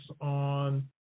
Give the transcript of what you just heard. on